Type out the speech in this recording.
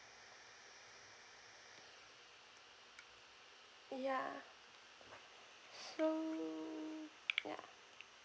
ya so ya